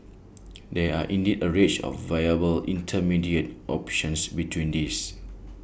there are indeed A range of viable intermediate options between these